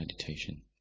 meditation